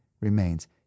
remains